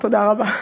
תודה רבה.